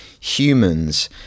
humans